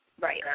Right